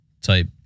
type